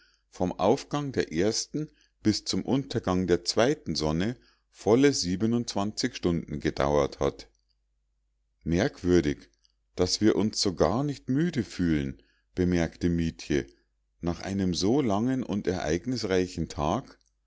vom aufgang der ersten bis zum untergang der zweiten sonne volle stunden gedauert hat merkwürdig daß wir uns so gar nicht müde fühlen bemerkte mietje nach einem so langen und ereignisreichen tag